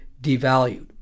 devalued